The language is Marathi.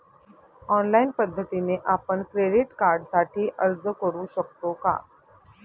ऑनलाईन पद्धतीने आपण क्रेडिट कार्डसाठी अर्ज करु शकतो का?